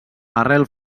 arrel